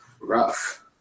Rough